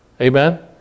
Amen